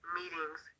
meetings